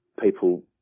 people